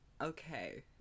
Okay